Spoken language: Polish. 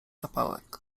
zapałek